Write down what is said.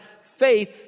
faith